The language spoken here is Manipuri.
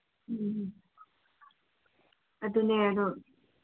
ꯎꯝ ꯑꯗꯨꯅꯦ ꯑꯗꯨ